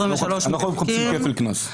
אנחנו לא מחפשים כפל קנס.